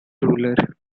ruler